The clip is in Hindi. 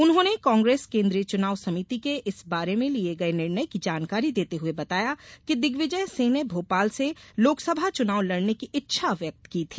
उन्होंने कांग्रेस केन्द्रीय चुनाव समिति के इस बारे में लिए गये निर्णय की जानकारी देते हुए बताया कि दिग्विजय सिंह ने भोपाल से लोकसभा चुनाव लड़ने की इच्छा व्यक्त की थी